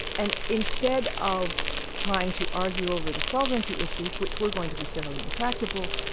and instead of trying to argue over the sovereignty issues which were going to be fairly intractable,